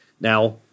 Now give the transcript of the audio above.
Now